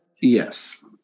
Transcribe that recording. Yes